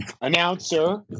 announcer